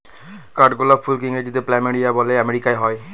কাঠগোলাপ ফুলকে ইংরেজিতে প্ল্যামেরিয়া বলে আমেরিকায় হয়